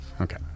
Okay